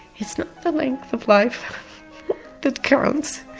it's not the length of life that counts,